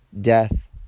death